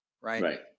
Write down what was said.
right